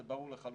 זה ברור לחלוטין.